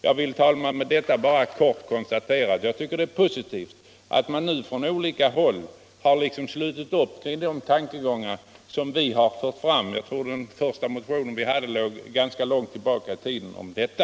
Jag vill, herr talman, med detta bara konstatera att det är positivt att man nu från olika håll har slutit upp kring de tankegångar som vi har fört fram tidigare. Det var ganska länge sedan vi väckte vår första motion om detta.